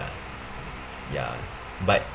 ya but